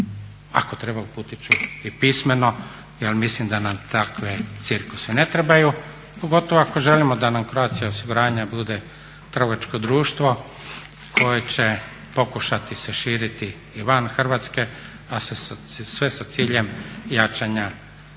ako treba uputiti ću i pismeno jer mislim da nam takvi cirkusi ne trebaju, pogotovo ako želimo da nam Croatia osiguranje bude trgovačko društvo koje će pokušati se širiti i van Hrvatske a sve sa ciljem jačanja kapitala